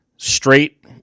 Straight